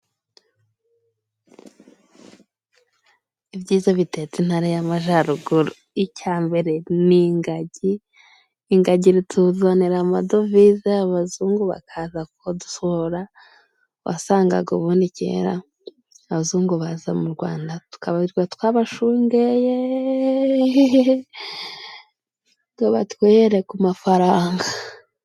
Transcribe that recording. Ibyiza bitatse intara y'Amajyaruguru icya mbere ni ingagi, ingagi zituvanira amadovize abazungu bakaza kudusura, wasangaga ubundi kera abazungu baza mu Rwanda tukirirwa twabashungeye ngo batwihere ku mafaranga.